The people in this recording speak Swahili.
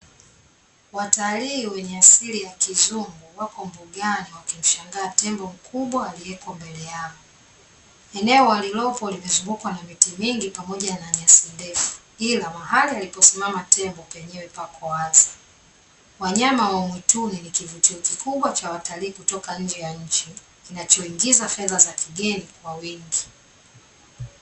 Watalii wenye asili ya kizungu wako mbugani wakimshangaa tembo mkubwa aliyeko mbele yao. Eneo walilopo limezungukwa na miti mingi pamoja na nyasi ndefu, ila mahali alipo simama tembo penyewe pako wazi. Wanyama wa mwituni ni kivutio kikubwa cha watalii wa nje ya nchi, kinachoingiza fedha za kigeni kwa wingi.